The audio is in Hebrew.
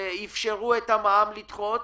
אפשרו לדחות את המע"מ,